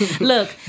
Look